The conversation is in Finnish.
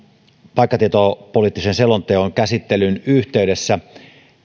paikkatietopoliittisen selonteon käsittelyn yhteydessä